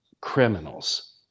criminals